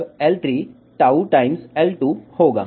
तब L3 tau times L2 होगा